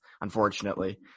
unfortunately